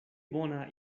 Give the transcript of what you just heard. bona